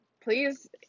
Please